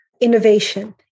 innovation